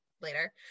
later